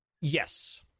Yes